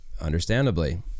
Understandably